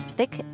Thick